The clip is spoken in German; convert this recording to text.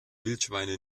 wildschweine